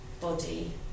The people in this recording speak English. body